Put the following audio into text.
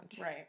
Right